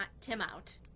Timout